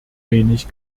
wenig